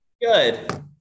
Good